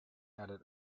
added